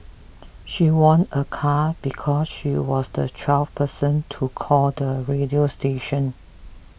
she won a car because she was the twelfth person to call the radio station